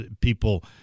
people